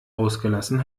ausgelassen